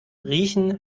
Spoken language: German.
riechen